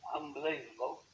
unbelievable